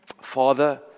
Father